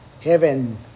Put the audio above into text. heaven